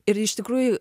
ir iš tikrųjų